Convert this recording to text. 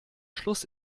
schluss